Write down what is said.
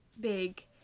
big